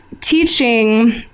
teaching